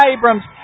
Abrams